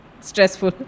stressful